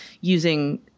using